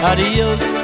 Adios